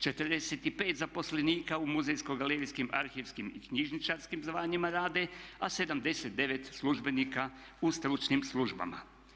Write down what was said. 45 zaposlenika u muzejsko-galerijskim, arhivskim i knjižničarskim zvanjima rade a 79 službenika u stručnim službama.